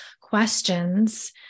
questions